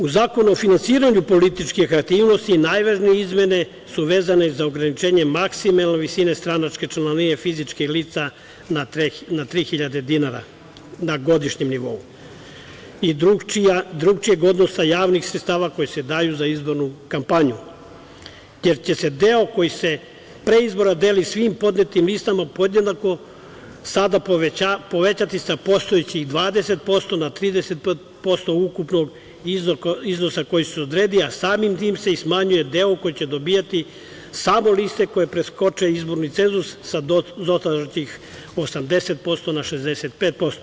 U Zakonu o finansiranju političkih aktivnosti najvažnije izmene su vezane za ograničenje maksimalne visine stranačke članarine fizičkih lica na 3.000 dinara na godišnjem nivou i drukčijeg odnosa javnih sredstava koji se daju za izbornu kampanju, jer će se deo koji se pre izbora deli svim podnetim listama podjednako sada povećati sa postojećih 20% na 30% ukupnog iznosa koji se odredi, a samim tim se i smanjuje deo koji će dobijati samo liste koje preskoče izborni cenzus sa dotadašnjih 80% na 65%